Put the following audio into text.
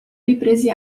ripresi